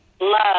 love